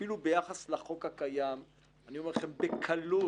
אפילו ביחס לחוק הקיים אני אומר לכם שבקלות,